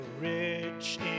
Rich